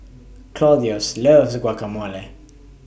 Claudius loves Guacamole